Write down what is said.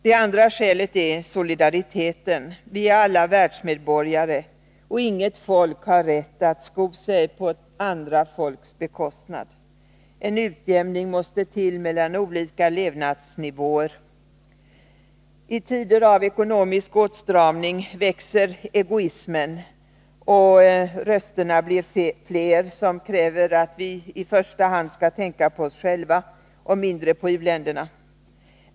Det andra skälet är solidariteten. Vi är alla världsmedborgare, och inget folk har rätt att sko sig på andra folks bekostnad. En utjämning måste till mellan olika levnadsnivåer. I tider av ekonomisk åtstramning växer egoismen, och rösterna blir fler som kräver att vi i första hand skall tänka på oss själva och mindre på u-länderna.